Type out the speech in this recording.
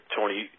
Tony